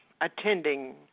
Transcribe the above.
attending